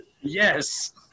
Yes